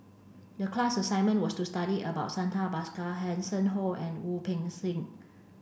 the class assignment was to study about Santha Bhaskar Hanson Ho and Wu Peng Seng